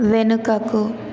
వెనుకకు